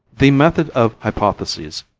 the method of hypotheses,